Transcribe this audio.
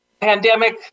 pandemic